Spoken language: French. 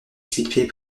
située